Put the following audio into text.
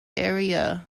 area